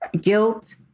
guilt